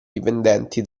dipendenti